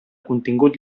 contingut